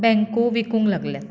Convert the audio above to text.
बॅंको विकूंक लागल्यात